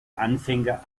anfänger